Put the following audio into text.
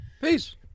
Peace